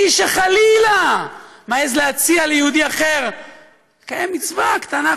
מי שחלילה מעז להציע ליהודי אחר לקיים מצווה קטנה,